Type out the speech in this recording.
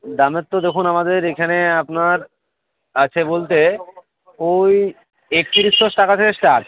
দামের তো দেখুন আমাদের এখানে আপনার আছে বলতে ওই একতিরিশশো টাকা থেকে স্টার্ট